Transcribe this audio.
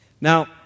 Now